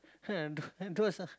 ah those those uh